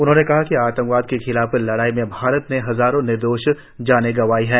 उन्होंने कहा कि आतंकवाद के खिलाफ लडाई में भारत ने हजारों निर्दोष जानें गवाई हैं